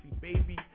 baby